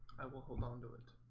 i will hold on to it